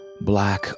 Black